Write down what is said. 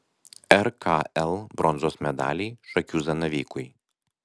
rkl bronzos medaliai šakių zanavykui